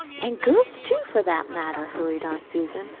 an' girls, too, for that matter, hurried on susan,